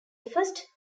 first